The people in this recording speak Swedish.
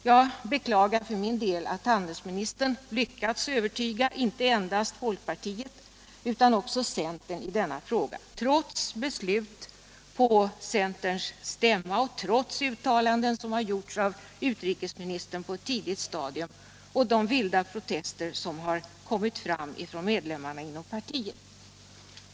Jag beklagar för min del att handelsministern lyckats övertyga inte endast folkpartiet utan också centerpartiet i denna fråga, trots beslut på centerns stämma och uttalanden som har gjorts av utrikesministern på ett tidigt stadium samt de vilda protester som har kommit från medlemmarna inom partiet.